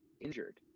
injured